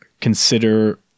consider